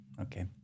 Okay